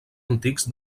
antics